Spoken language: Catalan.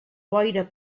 boira